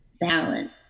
balance